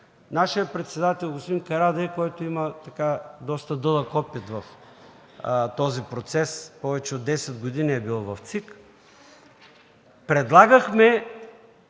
нашият председател господин Карадайъ има доста дълъг опит в този процес и повече от десет години е бил в ЦИК, предлагахме